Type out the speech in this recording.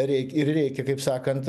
reik ir reikia kaip sakant